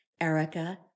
Erica